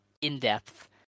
in-depth